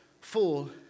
full